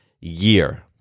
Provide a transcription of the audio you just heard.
year